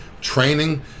training